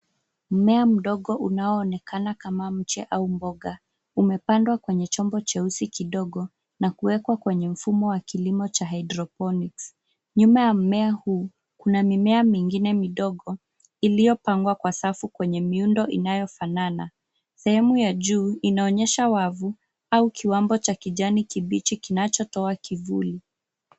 Mmea mdogo unaoonekana kama mche au mboga umepandwa kwenye chombo cheusi kidogo na kuwekwa kwenye mfumo wa kilimo cha hydroponics . Nyuma ya mmea huu kuna mimea mingine midogo iliyopangwa kwa safu kwenye miundo inayofanana. Sehemu ya juu inaonyesha wavu au kiwambo cha kijani kibichi kinachotoa kivuli.